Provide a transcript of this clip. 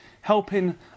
helping